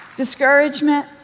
discouragement